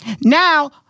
Now